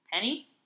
Penny